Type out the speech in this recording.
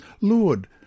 Lord